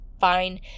fine